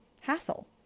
hassle